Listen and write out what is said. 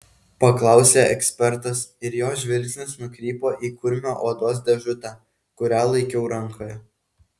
paklausė ekspertas ir jo žvilgsnis nukrypo į kurmio odos dėžutę kurią laikiau rankoje